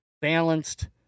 balanced